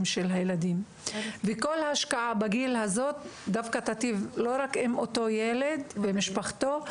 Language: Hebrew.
של הילדים וכל השקעה בגיל הזה תיטיב לא רק עם אותו ילד ומשפחתו,